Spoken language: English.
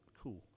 cool